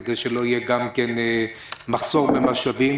כדי שלא יהיה מחסור במשאבים,